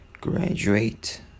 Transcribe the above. graduate